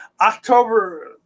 October